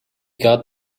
got